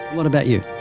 what about you?